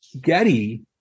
Getty